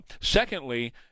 Secondly